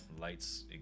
lights